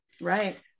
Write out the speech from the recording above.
Right